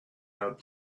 out